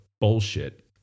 bullshit